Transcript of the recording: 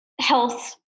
health